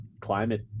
climate